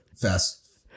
fast